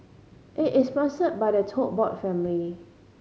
it is sponsored by the Tote Board family